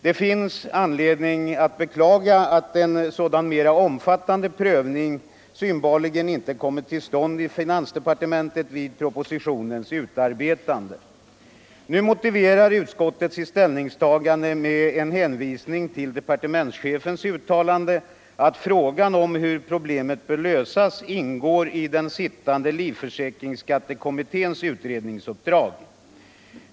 Det finns anledning beklaga att en sådan mera omfattande prövning inte kommit till stånd inom finansdepartementet vid propositionens utarbetande. Nu motiverar utskottet sitt ställningstagande med en hänvisning till departementschefens uttalande att frågan om hur problemet bör lösas ingår i den sittande livförsäkringsskattekommitténs utredningsuppdrag.